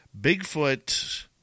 Bigfoot